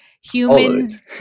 Humans